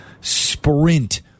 sprint